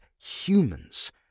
humans